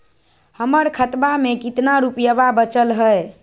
हमर खतवा मे कितना रूपयवा बचल हई?